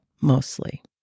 mostly